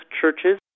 churches